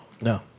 No